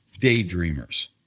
Daydreamers